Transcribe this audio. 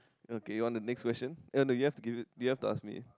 okay on to next question uh no you have to give it you have to ask me